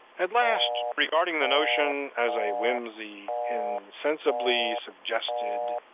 at last, regarding the notion as a whimsy, insensibly suggested,